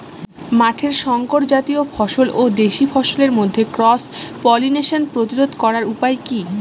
মাঠের শংকর জাতীয় ফসল ও দেশি ফসলের মধ্যে ক্রস পলিনেশন প্রতিরোধ করার উপায় কি?